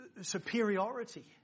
superiority